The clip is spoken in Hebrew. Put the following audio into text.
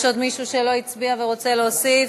יש עוד מישהו שלא הצביע ורוצה להוסיף?